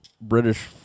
British